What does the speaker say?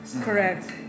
Correct